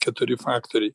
keturi faktoriai